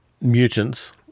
mutants